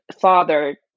father